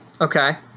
Okay